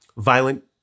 violent